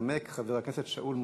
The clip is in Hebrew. ינמק חבר הכנסת שאול מופז.